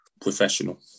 Professional